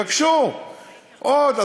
יבקשו עוד,